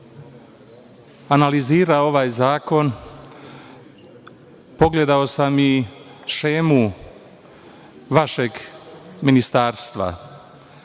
analizirao ovaj zakon pogledao sam i šemu vašeg ministarstva.